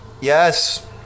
Yes